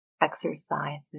exercises